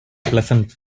pleasant